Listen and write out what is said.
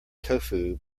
tofu